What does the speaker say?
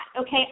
Okay